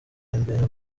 imbehe